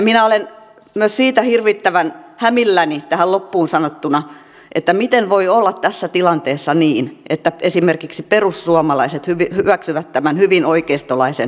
minä olen myös siitä hirvittävän hämilläni tähän loppuun sanottuna miten voi olla tässä tilanteessa niin että esimerkiksi perussuomalaiset hyväksyvät tämän hyvin oikeistolaisen perusvirityksen